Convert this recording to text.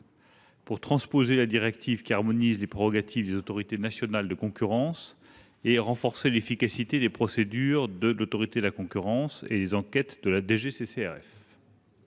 par ordonnance la directive qui harmonise les prérogatives des autorités nationales de concurrence et, d'autre part, de renforcer l'efficacité des procédures de l'Autorité de la concurrence et des enquêtes de la